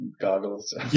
goggles